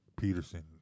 Peterson